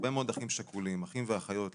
הרבה מאוד אחים ואחיות שכולים,